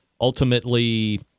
ultimately